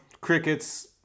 crickets